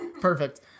Perfect